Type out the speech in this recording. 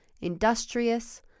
industrious